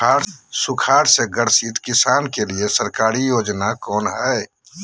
सुखाड़ से ग्रसित किसान के लिए सरकारी योजना कौन हय?